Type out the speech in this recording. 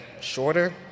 shorter